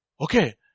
Okay